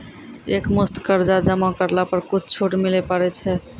एक मुस्त कर्जा जमा करला पर कुछ छुट मिले पारे छै?